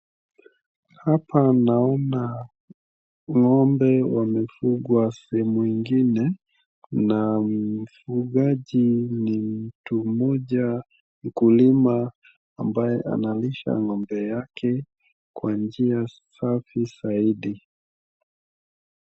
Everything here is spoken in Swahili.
Hapa naona ng'ombe wamefungwa sehemu ingine na mfugaji ni mtu mkulima ambaye anaosha ng'ombe yake kwa njia safi zaidi.